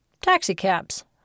Taxicabs